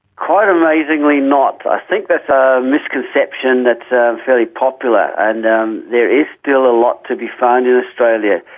quite amazingly not. i think that's a misconception that's ah fairly popular, and um there is still a lot to be found in australia.